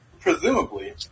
Presumably